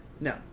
No